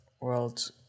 World